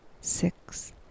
six